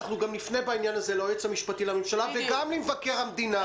אנחנו נפנה בעניין הזה ליועץ המשפטי לממשלה וגם למבקר המדינה.